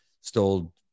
stole